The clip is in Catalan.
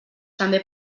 també